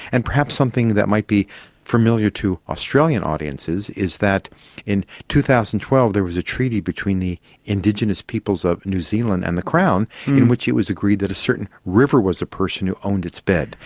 and perhaps something that might be familiar to australian audiences, is that in two thousand and twelve there was a treaty between the indigenous peoples of new zealand and the crown in which it was agreed that a certain river was a person who owned its bed.